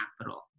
capital